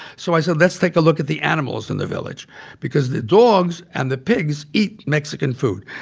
so i said, let's take a look at the animals in the village because the dogs and the pigs eat mexican food.